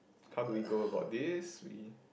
how do we go about this we